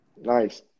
Nice